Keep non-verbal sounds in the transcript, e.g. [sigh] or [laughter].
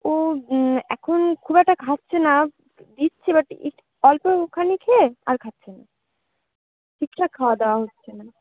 ও এখন খুব একটা খাচ্ছে না দিচ্ছি বাট [unintelligible] অল্পখানি খেয়ে আর খাচ্ছে না ঠিকঠাক খাওয়া দাওয়া হচ্ছে না